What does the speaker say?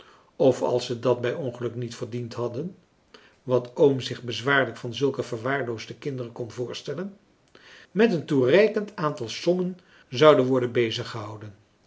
of als ze dat bij ongeluk niet verdiend hadden wat oom zich bezwaarlijk van zulke verwaarloosde kinderen kon voorstellen met een toereikend aantal sommen zouden worden